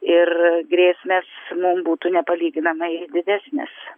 ir grėsmės mum būtų nepalyginamai didesnės